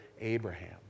Abraham